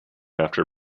after